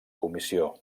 comissió